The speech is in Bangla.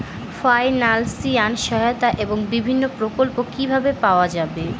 ফাইনান্সিয়াল সহায়তা এবং বিভিন্ন প্রকল্প কিভাবে পাওয়া যাবে?